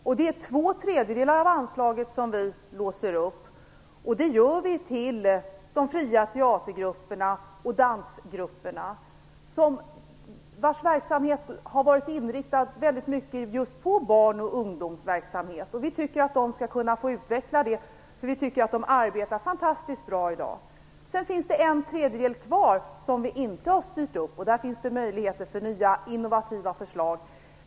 Vi vill låsa två tredjedelar av anslaget till de fria teatergrupperna och dansgrupperna. Deras verksamhet har i mycket varit inriktad just på barn och ungdom, och vi tycker att de skall få möjlighet att utveckla detta arbete. Vi tycker att de i dag arbetar fantastiskt bra. Det är sedan en tredjedel kvar, som vi inte har styrt upp, och därvidlag finns det möjligheter till nya innovativa förslag.